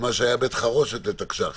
ממש היה בית חרושת לתקש"חים